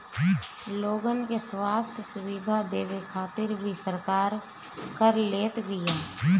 लोगन के स्वस्थ्य सुविधा देवे खातिर भी सरकार कर लेत बिया